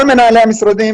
כל מנהלי המשרדים,